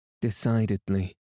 Decidedly